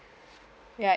yet